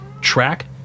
track